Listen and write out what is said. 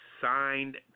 signed